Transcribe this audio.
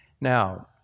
now